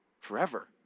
forever